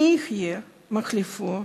מי יהיה מחליפו?